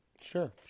Sure